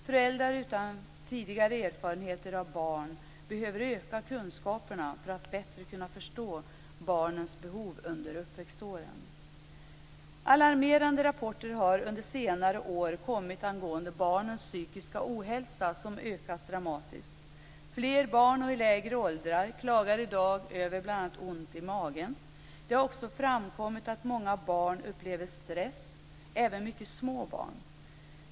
Föräldrar utan tidigare erfarenheter av barn behöver öka kunskaperna för att bättre förstå barnens behov under uppväxtåren. Alarmerande rapporter har under senare år kommit angående barnens psykiska ohälsa, som ökat dramatiskt. Fler barn och i lägre åldrar klagar i dag över bl.a. ont i magen. Det har också framkommit att många barn upplever stress, även mycket små barn.